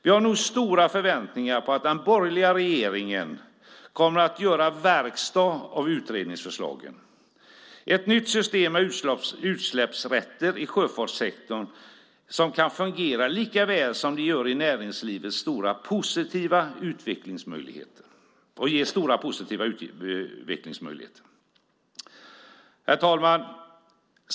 Vi har nu stora förväntningar på att den borgerliga regeringen kommer att göra verkstad av utredningsförslagen. Ett nytt system med utsläppsrätter i sjöfartssektorn som kan fungera lika väl som det gör i näringslivet ger stora positiva utvecklingsmöjligheter. Herr talman!